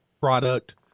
product